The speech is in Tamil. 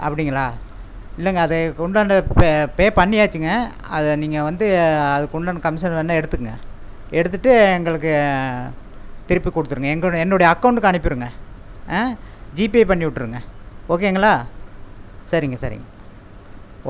அப்படிங்களா இல்லைங்க அது கொண்டுவந்து பே பண்ணியாச்சுங்க அதை நீங்கள் வந்து அதுக்கு உண்டான கமிஷன் வேணும்னால் எடுத்துக்கொங்க எடுத்துட்டு எங்களுக்கு திருப்பி கொடுத்துருங்க என்னுடைய அக்கவுண்ட்க்கு அனுப்பியிருங்க ஜீபே பண்ணிவிட்டுருங்க ஓகேங்களா சரிங்க சரிங்க